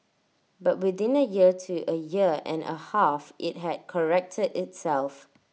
but within A year to A year and A half IT had corrected itself